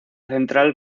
central